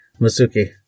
Masuki